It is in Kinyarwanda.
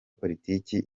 politiki